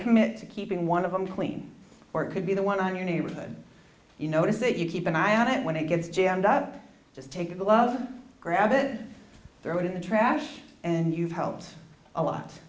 commit to keeping one of them clean or it could be the one on your neighborhood you notice that you keep an eye on it when it gets jammed up just take a loved grab it throw it in the trash and you've helped a lot